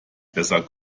besser